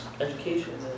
education